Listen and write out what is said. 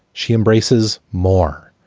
she embraces more.